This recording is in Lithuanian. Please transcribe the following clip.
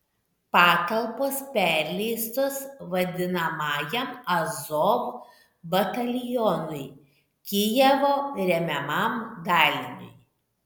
patalpos perleistos vadinamajam azov batalionui kijevo remiamam daliniui